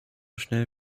schnell